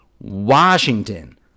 Washington